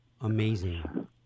Amazing